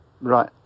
Right